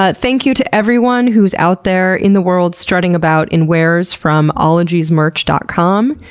ah thank you to everyone who's out there in the world strutting about in wares from ologiesmerch dot com,